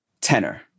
tenor